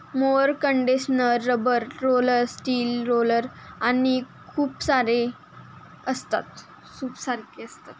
mower condenser rubber roller, steel roller आणि सूपसारखे असते